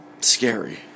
scary